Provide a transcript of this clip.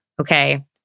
okay